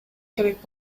керек